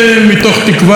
איך ברכט אמר,